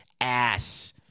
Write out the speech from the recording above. ass